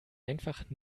einfach